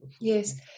yes